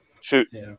shoot